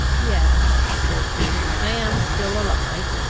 yes, said he, i am still alive.